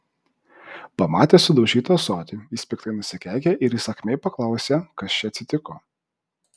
pamatęs sudaužytą ąsotį jis piktai nusikeikė ir įsakmiai paklausė kas čia atsitiko